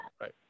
Right